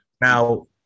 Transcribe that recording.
Now